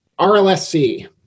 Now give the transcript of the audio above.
RLSC